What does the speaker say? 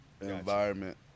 Environment